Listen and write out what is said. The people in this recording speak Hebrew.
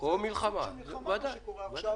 של מלחמה מה שקורה עכשיו